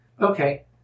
Okay